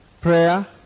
Prayer